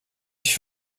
sich